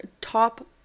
top